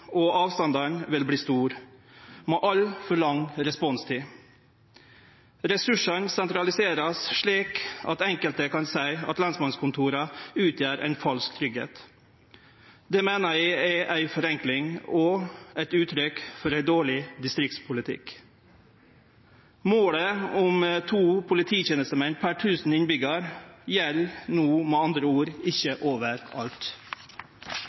og avstandane vil verte store. Vi har altfor lang responstid. Ressursane vert sentraliserte, slik at enkelte kan seie at lensmannskontora utgjer ein falsk tryggleik. Det meiner eg er ei forenkling og eit uttrykk for ein dårleg distriktspolitikk. Målet om to polititenestemenn per tusen innbyggjarar gjeld no med andre ord ikkje